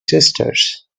sisters